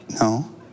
No